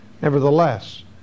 Nevertheless